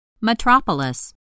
Metropolis